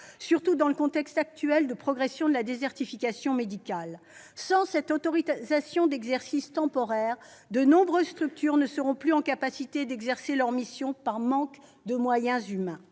surtout dans le contexte actuel de progression de la désertification médicale. Sans cette autorisation d'exercice temporaire, de nombreuses structures ne seront plus en mesure d'exercer leurs missions par manque de moyens humains.